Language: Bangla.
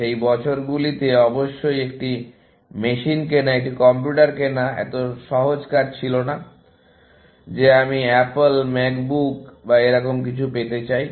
সেই বছরগুলিতে অবশ্যই একটি মেশিন কেনা একটি কম্পিউটার কেনা এত সোজা কাজ ছিল না যে আমি Apple Mac book Apple Mac book বা এরকম কিছু চাই